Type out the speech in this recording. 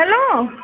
hello